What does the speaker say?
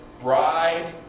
bride